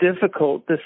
difficult